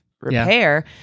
repair